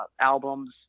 albums